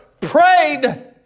prayed